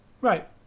Right